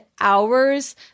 hours